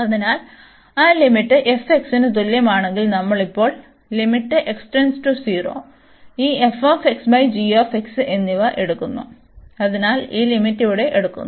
അതിനാൽ ആ limit f x ന് തുല്യമാണെങ്കിൽ നമ്മൾ ഇപ്പോൾ ഈ എന്നിവ എടുക്കുന്നു അതിനാൽ ഈ ലിമിറ്റ് ഇവിടെ എടുക്കുന്നു